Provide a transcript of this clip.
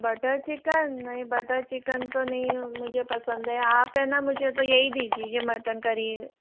butter chicken नहीं butter chicken तो नहीं मुझे पसंद है आप है ना मुझे तो यही दीजिए मटन करी